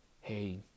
Hey